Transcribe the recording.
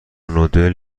نودل